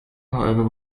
however